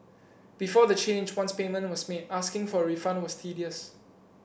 before the change once payment was made asking for a refund was tedious